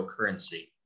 cryptocurrency